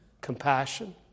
Compassion